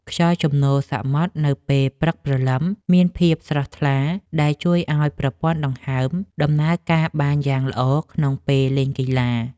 ខ្យល់ជំនោរសមុទ្រនៅពេលព្រឹកព្រលឹមមានភាពស្រស់ថ្លា ដែលជួយឱ្យប្រព័ន្ធដង្ហើមដំណើរការបានយ៉ាងល្អក្នុងពេលលេងកីឡា។